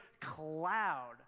cloud